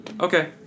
Okay